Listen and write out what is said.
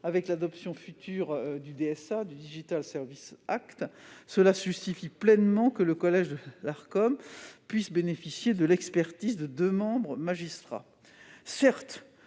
avec l'adoption future du. Cela justifie pleinement que le collège de l'Arcom puisse bénéficier de l'expertise de deux membres magistrats. Certes,